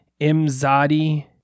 Imzadi